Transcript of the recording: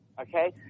okay